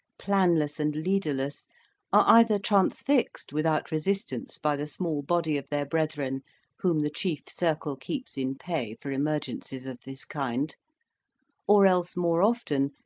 planless and leaderless, are either transfixed without resistance by the small body of their brethren whom the chief circle keeps in pay for emergencies of this kind or else more often,